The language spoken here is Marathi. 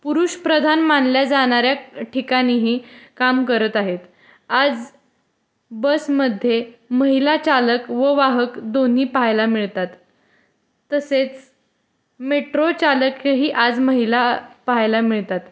पुरुषप्रधान मानल्या जाणाऱ्या ठिकाणीही काम करत आहेत आज बसमध्ये महिला चालक व वाहक दोन्ही पाहायला मिळतात तसेच मेट्रो चालकही आज महिला पाहायला मिळतात